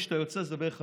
כשאתה יוצא זה בערך 50%,